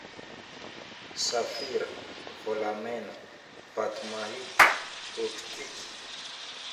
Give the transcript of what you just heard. safira, volamena, vatomahita, optiky